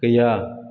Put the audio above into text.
गैया